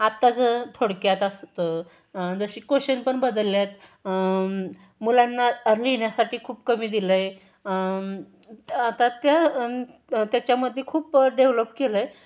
आत्ताचं थोडक्यात असतं जशी क्वेशन पण बदलले आहेत मुलांना लिहिण्यासाठी खूप कमी दिलं आहे आता त्या त्याच्यामध्ये खूप डेव्हलप केलं आहे